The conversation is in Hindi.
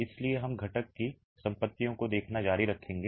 इसलिए हम घटक की संपत्तियों को देखना जारी रखेंगे